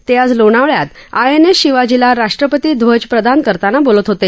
ते आज लोणावळयात आयएनएस शिवाजीला राष्ट्रपती ध्वज प्रदान करताना बोलत होते